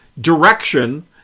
direction